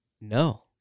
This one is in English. No